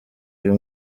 uyu